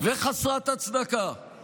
וחסרת הצדקה